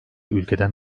ülkeden